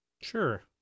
Sure